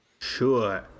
Sure